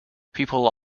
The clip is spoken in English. people